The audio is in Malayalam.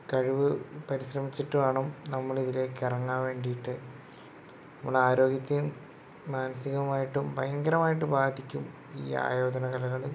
കഴിവ് പരിശ്രമിച്ചിട്ട് വേണം നമ്മൾ അതിലേക്ക് ഇറങ്ങാൻ വേണ്ടീട്ട് നമ്മൾ ആരോഗ്യത്തെയും മാനസികവുമായിട്ടും ഭയങ്കരമായിട്ട് ബാധിക്കും ഈ ആയോധന കലകൾ